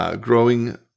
Growing